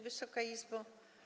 Wysoka Izbo!